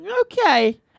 Okay